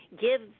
Give